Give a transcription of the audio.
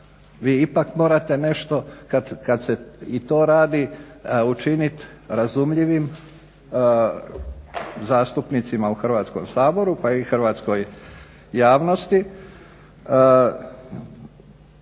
vi ipak morate nešto kad se i to radi učiniti razumljivim zastupnicima u Hrvatskom saboru, pa i hrvatskoj javnosti.